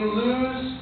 lose